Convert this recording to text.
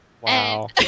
Wow